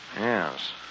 Yes